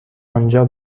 آنجا